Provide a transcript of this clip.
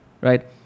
Right